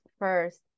First